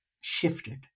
shifted